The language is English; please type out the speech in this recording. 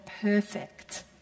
perfect